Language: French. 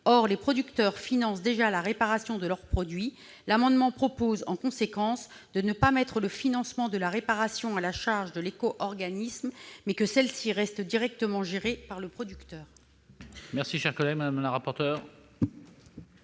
Or les producteurs financent déjà la réparation de leurs produits. L'amendement tend, en conséquence, à ne pas mettre le financement de la réparation à la charge de l'éco-organisme, celle-ci restant directement gérée par le producteur. Quel est l'avis de la commission